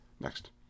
Next